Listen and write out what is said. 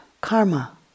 karma